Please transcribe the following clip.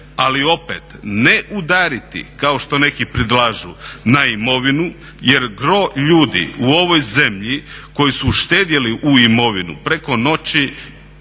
Ali opet ne udariti, kako što neki predlažu na imovinu jer gro ljudi u ovoj zemlji koji su štedjeli u imovinu preko noći